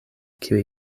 kiuj